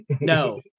No